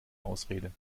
ausrede